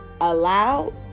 allowed